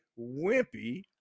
wimpy